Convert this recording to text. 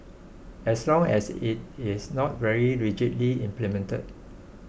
as long as it is not very rigidly implemented